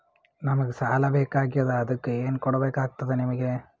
ನಮಗ ಸಾಲ ಬೇಕಾಗ್ಯದ ಅದಕ್ಕ ಏನು ಕೊಡಬೇಕಾಗ್ತದ ನಿಮಗೆ?